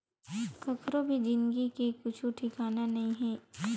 कखरो भी जिनगी के कुछु ठिकाना नइ हे